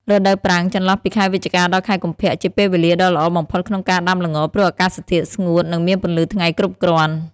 រដូវប្រាំង ចន្លោះពីខែវិច្ឆិកា ដល់ខែកុម្ភៈ ជាពេលវេលាដ៏ល្អបំផុតក្នុងការដាំល្ង ព្រោះអាកាសធាតុស្ងួត និងមានពន្លឺថ្ងៃគ្រប់គ្រាន់។